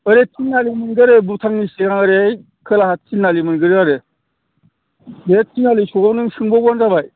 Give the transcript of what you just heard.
ओरै थिनालि मोनग्रोयो भुटाननि सिगां ओरैहाय खोलाहा थिनालि मोनग्रोयो आरो बे थिनालि सगाव नों सोंबानो जाबाय